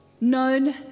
known